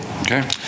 Okay